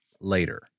later